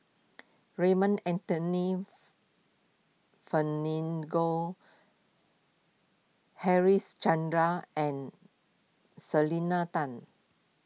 Raymond Anthony fen ling go Harichandra and Selena Tan